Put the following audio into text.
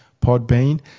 Podbean